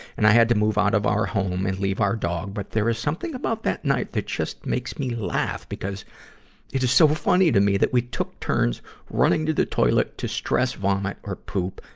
and i had to move out of our home and leave our dog. but there is something about that night that just makes me laugh because it is so funny to me that we took turns running to the toilet to stress vomit or poop,